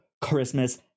Christmas